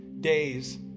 days